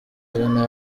ijana